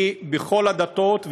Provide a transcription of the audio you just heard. היא בכל הדתות,